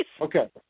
Okay